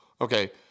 Okay